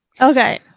okay